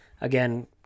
again